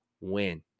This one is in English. win